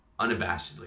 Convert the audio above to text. unabashedly